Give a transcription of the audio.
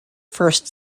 first